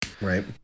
Right